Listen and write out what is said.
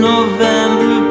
November